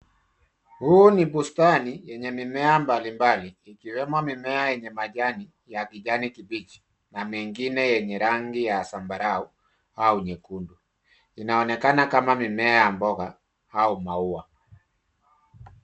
Huu ni bustani yenye mimea mbalimbali ikiwemo mimea yenye majani ya kijani kibichi na mengine yenye rangi ya zambarau au nyekundu. Inaonekana kama mimea ya mboga au maua.